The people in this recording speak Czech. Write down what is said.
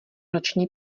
noční